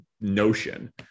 notion